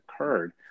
occurred